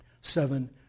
Seven